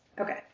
Okay